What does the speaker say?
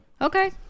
okay